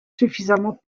suffisamment